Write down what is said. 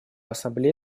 ассамблея